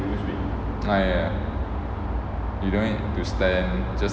you don't need to stand just